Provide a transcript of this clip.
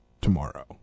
tomorrow